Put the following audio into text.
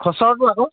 খচ্চৰটো আকৌ